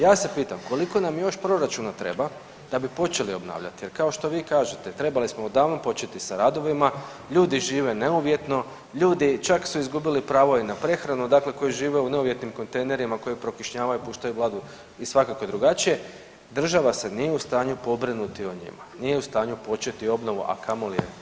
Ja se pitam koliko nam još proračuna treba da bi počeli obnavljati jer kao što vi kažete trebali smo odavno početi sa radovima, ljudi žive neuvjetno, ljudi čak su izgubili pravo i na prehranu, dakle koji žive u neuvjetnim kontejnerima koji prokišnjavaju i puštaju vlagu i svakako drugačije, država se nije u stanju pobrinuti o njima, nije u stanju početi obnovu, a kamoli je završiti.